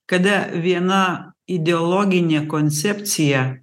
kada viena ideologinė koncepcija